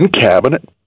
cabinet